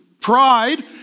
pride